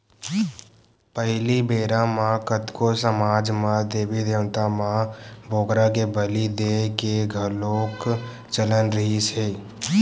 पहिली बेरा म कतको समाज म देबी देवता म बोकरा के बली देय के घलोक चलन रिहिस हे